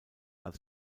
als